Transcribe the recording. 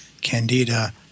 candida